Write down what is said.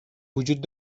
وجود